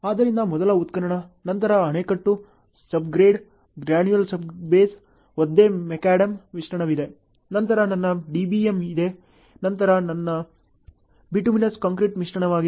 ಆದ್ದರಿಂದ ಮೊದಲ ಉತ್ಖನನ ನಂತರ ಅಣೆಕಟ್ಟು ಸಬ್ಗ್ರೇಡ್ ಗ್ರಾನುಲಾರ್ ಸಬ್ ಬೇಸ್ ಒದ್ದೆ ಮೆಕ್ಡ್ಯಾಮ್ ಮಿಶ್ರಣವಿದೆ ನಂತರ ನನ್ನ DBM ಇದೆ ನಂತರ ಇದು ನನ್ನ ಬಿಟುಮಿನಸ್ ಕಾಂಕ್ರೀಟ್ ಮಿಶ್ರಣವಾಗಿದೆ